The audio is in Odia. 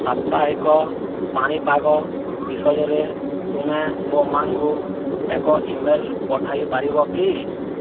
ସାପ୍ତାହିକ ପାଣିପାଗ ବିଷୟରେ ତୁମେ ମୋ ମାଙ୍କୁ ଏକ ଇମେଲ୍ ପଠାଇ ପାରିବ କି